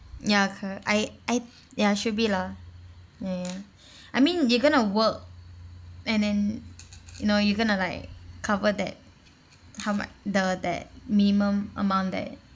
ya corre~ I I ya should be lah ya ya I mean you're going to work and then you know you're going to like cover that how mu~ the that minimum amount that